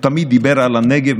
הוא תמיד דיבר על הנגב,